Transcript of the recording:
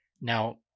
now